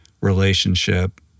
relationship